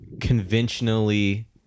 conventionally